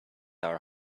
our